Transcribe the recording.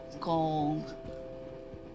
gold